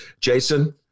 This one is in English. Jason